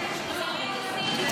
בכבוד.